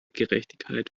gerechtigkeit